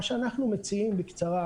מה שאנחנו מציעים בקצרה,